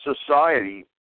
society